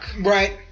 Right